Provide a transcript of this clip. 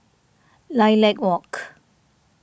Lilac Walk